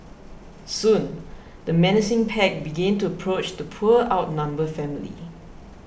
soon the menacing pack began to approach the poor outnumbered family